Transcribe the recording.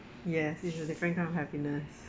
yes it's a different kind of happiness